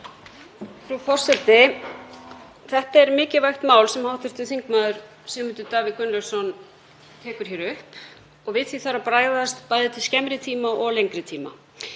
Þetta er mikilvægt mál sem hv. þm. Sigmundur Davíð Gunnlaugsson tekur hér upp og við því þarf að bregðast bæði til skemmri tíma og lengri tíma.